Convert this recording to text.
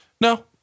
No